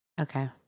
Okay